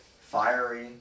fiery